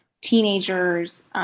teenagers